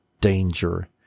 danger